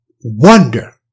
wonder